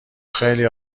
خیلی